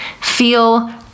feel